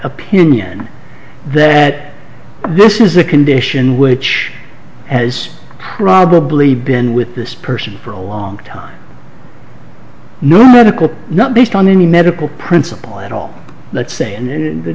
opinion that this is a condition which has probably been with this person for a long time no medical not based on any medical principle at all let's say and then the